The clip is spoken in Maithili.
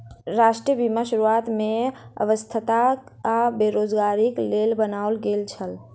राष्ट्रीय बीमा शुरुआत में अस्वस्थता आ बेरोज़गारीक लेल बनायल गेल छल